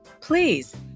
Please